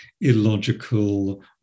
illogical